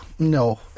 No